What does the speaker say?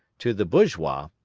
to the bourgeois,